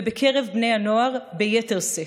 ובקרב בני הנוער ביתר שאת.